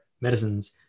medicines